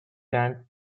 sand